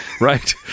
right